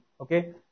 Okay